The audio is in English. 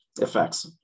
effects